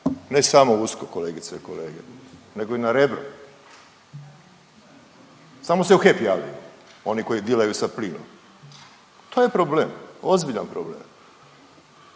ne samo u USKOK kolegice i kolege, nego i na Rebru. Samo se u HEP javljaju oni koji dilaju sa plinom. To je problem, ozbiljan problem.